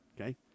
Okay